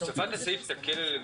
הוספת הסעיף תקל עלינו